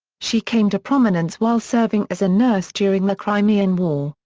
she came to prominence while serving as a nurse during the crimean war,